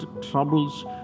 troubles